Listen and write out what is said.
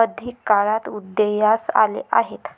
अधिक काळात उदयास आले आहेत